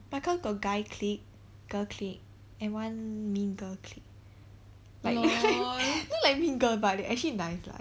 my class got guy clique girl clique and one middle clique like like mingle but they actually nice lah